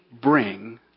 bring